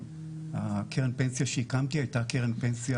קרן הפנסיה שהקמתי היתה קרן הפנסיה